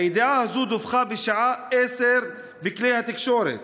הידיעה הזו דֻווחה בשעה 10:00 בכלי התקשורת.